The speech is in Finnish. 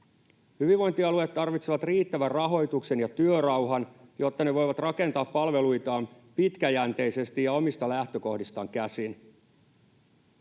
Hyvinvointialueet tarvitsevat riittävän rahoituksen ja työrauhan, jotta ne voivat rakentaa palveluitaan pitkäjänteisesti ja omista lähtökohdistaan käsin.